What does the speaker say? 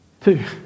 Two